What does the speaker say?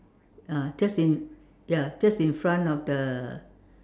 ah just in ya just in front of the